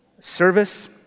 service